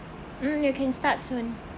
mm you can start soon